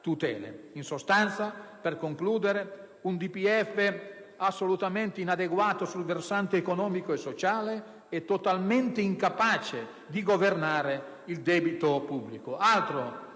In sostanza, per concludere, è un DPEF assolutamente inadeguato sul versante economico e sociale e totalmente incapace di governare il debito pubblico.